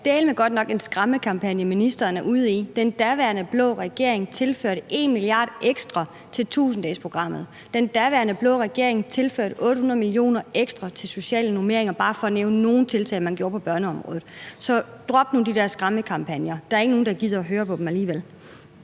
er en skræmmekampagne, ministeren er ude i – det er det godt nok. Den daværende blå regering tilførte 1 mia. kr. ekstra til 1.000-dagesprogrammet. Den daværende blå regering tilførte 800 mio. kr. ekstra til sociale normeringer, bare for at nævne nogle tiltag, man lavede på børneområdet. Så drop nu de der skræmmekampagner. Der er ikke nogen, der gider at høre på dem alligevel.